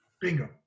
Bingo